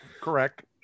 Correct